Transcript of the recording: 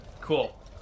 cool